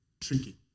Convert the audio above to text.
tricky